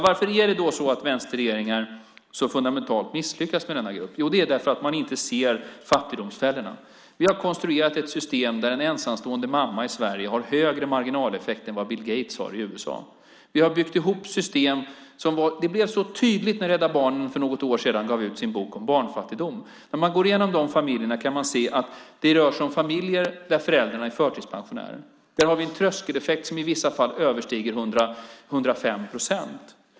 Varför misslyckas vänsterregeringar så fundamentalt med denna grupp? Det är därför att man inte ser fattigdomsfällorna. Vi har konstruerat ett system i Sverige där en ensamstående mamma har en högre marginaleffekt än vad Bill Gates har i USA. Vi har byggt ihop system. Det blev så tydligt när Rädda Barnen för något år sedan gav ut sin bok om barnfattigdom. När man går igenom det ser man att det rör sig som familjer där föräldrarna är förtidspensionärer. Där har vi en tröskeleffekt som i vissa fall överstiger 105 procent.